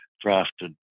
drafted